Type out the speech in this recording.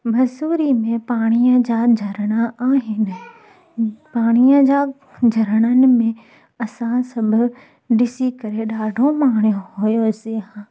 मसूरी में पाणीअ जा झरना आहिनि पाणीअ जा झरननि में असां सभु ॾिसी करे ॾाढो माणियो हुओ से